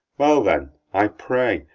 well then, i pray,